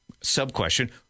sub-question